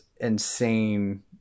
insane